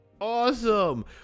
Awesome